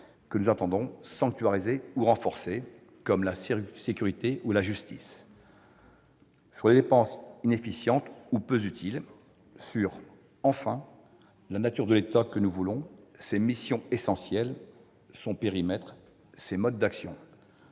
que nous entendons sanctuariser ou renforcer, comme la sécurité ou la justice, sur les dépenses inefficientes ou peu utiles, enfin sur la nature de l'État que nous voulons, ses missions essentielles, son périmètre, ses modes d'action.